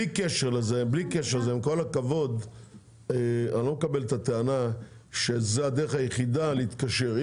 אני לא מקבל את הטענה שזאת הדרך היחידה להתקשר.